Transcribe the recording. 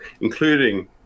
including